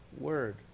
word